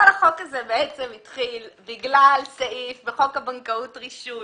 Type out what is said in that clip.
כל החוק הזה בעצם התחיל בגלל סעיף בחוק הבנקאות (רישוי)